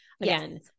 again